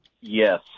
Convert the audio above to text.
Yes